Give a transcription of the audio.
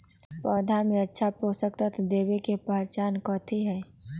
पौधा में अच्छा पोषक तत्व देवे के पहचान कथी हई?